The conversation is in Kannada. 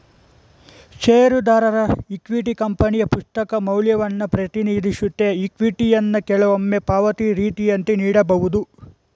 ಷೇರುದಾರರ ಇಕ್ವಿಟಿ ಕಂಪನಿಯ ಪುಸ್ತಕ ಮೌಲ್ಯವನ್ನ ಪ್ರತಿನಿಧಿಸುತ್ತೆ ಇಕ್ವಿಟಿಯನ್ನ ಕೆಲವೊಮ್ಮೆ ಪಾವತಿ ರೀತಿಯಂತೆ ನೀಡಬಹುದು